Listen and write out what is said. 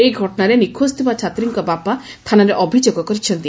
ଏହି ଘଟଶାରେ ନିଖୋଜ ଥିବା ଛାତ୍ରୀଙ୍କ ବାପା ଥାନାରେ ଅଭିଯୋଗ କରିଛନ୍ତି